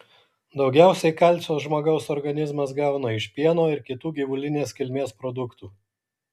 daugiausiai kalcio žmogaus organizmas gauna iš pieno ir kitų gyvulinės kilmės produktų